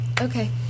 Okay